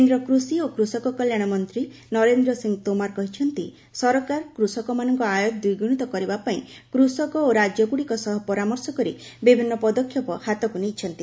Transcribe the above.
କେନ୍ଦ୍ର କୃଷି ଓ କୃଷକ କଲ୍ୟାଶ ମନ୍ତ୍ରୀ ନରେନ୍ଦ୍ର ସିଂ ତୋମାର କହିଛନ୍ତିସରକାର କୃଷକମାନଙ୍କ ଆୟ ଦ୍ୱିଗୁଣିତ କରିବା ପାଇଁ କୃଷକ ଓ ରାଜ୍ୟଗୁଡିକ ସହ ପରାମର୍ଶ କରି ବିଭିନ୍ନ ପଦକ୍ଷେପ ହାତକୁ ନେଇଛନ୍ତି